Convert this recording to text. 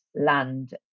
land